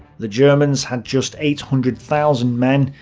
the germans had just eight hundred thousand men,